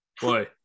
Boy